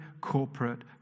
corporate